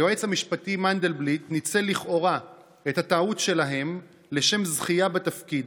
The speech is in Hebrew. היועץ המשפטי מנדלבליט ניצל לכאורה את הטעות שלהם לשם זכייה בתפקיד,